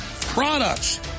products